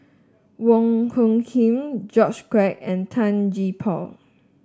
Wong Hung Khim George Quek and Tan Gee Paw